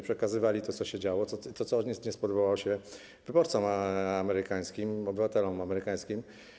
Przekazywali to, co się działo, to, co nie spodobało się wyborcom amerykańskim, obywatelom amerykańskim.